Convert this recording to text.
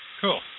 Cool